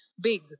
big